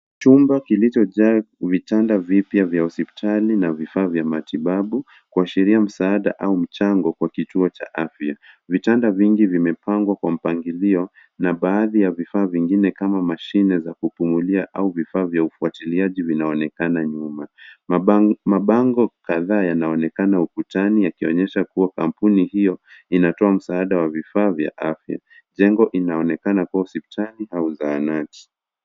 Chumba kilichojaa vitanda vipya vya hospitali na vifaa vya matibabu, kuashiria msaada au mchango kwa kituo cha afya. Vitanda vingi vimepangwa kwa mpangilio na baadhi ya vifaa vingine kama mashine za kupungulia au vifaa vya ufwatiliaji vinaonekana nyuma. Mabango kadha yanaonekana ukutani yakionyesha kuwa kampuni hiyo inatoa msaada wa vifaa vya afya. Jengo inaonekana kuwa hospitali au zahanati.